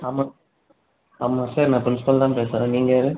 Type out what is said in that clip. ஆமாம் ஆமாம் சார் நான் ப்ரின்ஸ்பல் தான் பேசுகிறேன் நீங்கள் யார்